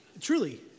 Truly